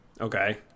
Okay